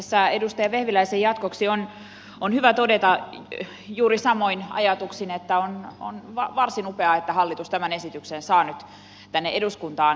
tässä edustaja vehviläisen jatkoksi on hyvä todeta juuri samoin ajatuksin että on varsin upeaa että hallitus tämän esityksen saa nyt tänne eduskuntaan tuotua käsiteltäväksi